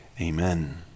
amen